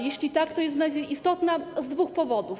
Jeśli tak, to jest ona istotna z dwóch powodów.